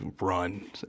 run